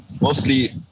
mostly